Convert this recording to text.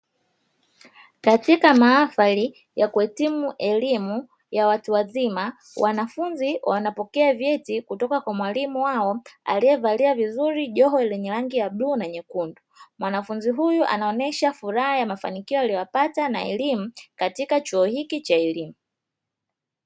Katika mahafali ya kuhitimu elimu ya watu wazima. Wanafunzi wanapokea vyeti kutoka kwa mwalimu wao, aliyevalia vizuri joho lenye rangi ya bluu na nyekundu. Mwanafunzi huyu anaonyesha furaha ya mafanikio aliyoyapata na elimu katika chuo hiki cha elimu.